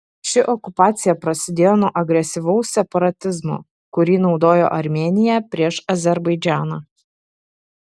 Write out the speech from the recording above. ši okupacija prasidėjo nuo agresyvaus separatizmo kurį naudojo armėnija prieš azerbaidžaną